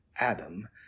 Adam